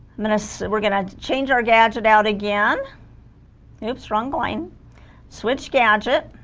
i'm gonna so we're gonna change our gadget out again oops wrong going switch gadget